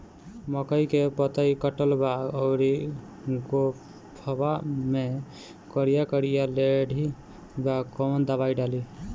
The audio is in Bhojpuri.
मकई में पतयी कटल बा अउरी गोफवा मैं करिया करिया लेढ़ी बा कवन दवाई डाली?